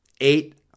Eight